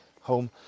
home